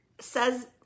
says